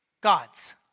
gods